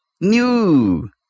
New